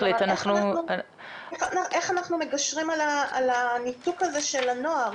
איך אנחנו מגשרים על הניתוק הזה של הנוער?